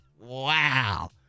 Wow